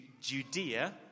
Judea